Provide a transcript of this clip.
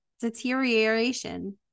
deterioration